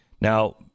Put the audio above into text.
Now